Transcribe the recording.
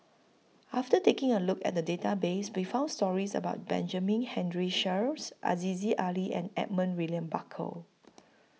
after taking A Look At The Database We found stories about Benjamin Henry Sheares Aziza Ali and Edmund William Barker